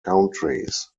countries